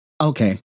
Okay